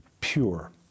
pure